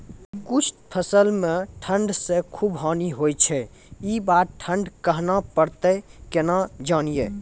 कुछ फसल मे ठंड से खूब हानि होय छैय ई बार ठंडा कहना परतै केना जानये?